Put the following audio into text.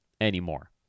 anymore